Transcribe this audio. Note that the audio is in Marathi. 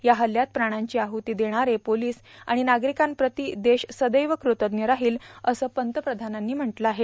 या हल्ल्यात प्राणांची आहती देणारे पोर्टालस आर्गाण नार्गारकांप्रती देश सदैव कृतज्ञ राहोल असं पंतप्रधानांनी म्हटलं आहे